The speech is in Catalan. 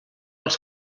els